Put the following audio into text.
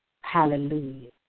Hallelujah